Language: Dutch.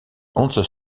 ons